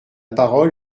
parole